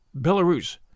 Belarus